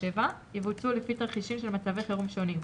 יבוצעו לפי תרחישים של מצבי חירום שונים,